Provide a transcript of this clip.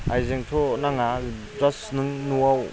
आइजेंथ' नाङा जास्ट नों न'आव